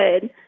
good